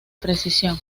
precisión